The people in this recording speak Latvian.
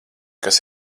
kas